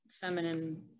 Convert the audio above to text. feminine